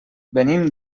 venim